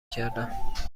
کردم